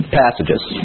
passages